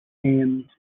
named